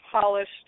polished